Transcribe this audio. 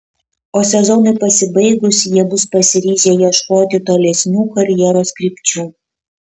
o sezonui pasibaigus jie bus pasiryžę ieškoti tolesnių karjeros krypčių